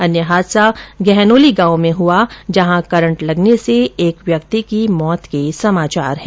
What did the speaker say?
अन्य हादसा गहनोली गांव में हुआ जहां करंट लगने से एक व्यक्ति की मौत के समाचार है